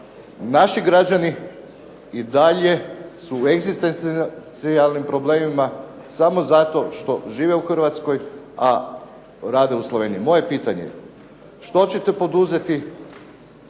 naši građani i dalje su u egzistencijalnim problemima samo zato što žive u Hrvatskoj, a rade u Sloveniji. Moje pitanje, što ćete poduzeti